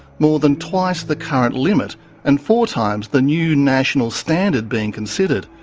more than twice the current limit and four times the new national standard being considered.